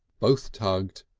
both tugged.